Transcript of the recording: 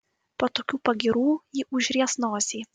po tokių pagyrų ji užries nosį